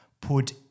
put